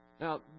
Now